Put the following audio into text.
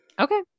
Okay